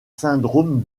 syndrome